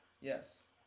Yes